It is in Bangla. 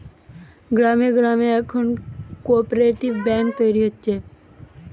গ্রামে গ্রামে এখন কোপরেটিভ বেঙ্ক তৈরী হচ্ছে